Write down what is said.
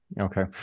Okay